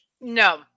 No